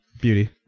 Beauty